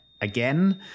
again